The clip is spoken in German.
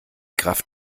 kraft